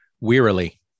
wearily